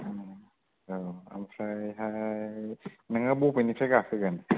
औ ओमफ्राय हाय नोङो बबेनिफ्राय गाखोगोन